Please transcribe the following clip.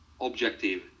objective